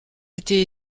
été